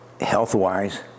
health-wise